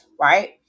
Right